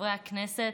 חברי הכנסת,